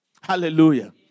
Hallelujah